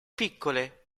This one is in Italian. piccole